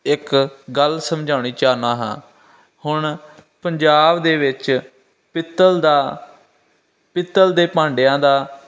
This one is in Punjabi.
ਇੱਕ ਗੱਲ ਸਮਝਾਉਣੀ ਚਾਹੁੰਦਾ ਹਾਂ ਹੁਣ ਪੰਜਾਬ ਦੇ ਵਿੱਚ ਪਿੱਤਲ ਦਾ ਪਿੱਤਲ ਦੇ ਭਾਂਡਿਆਂ ਦਾ